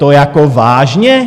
To jako vážně?